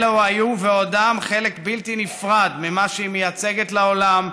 אלה היו ועודם חלק בלתי נפרד ממה שהיא מייצגת לעולם,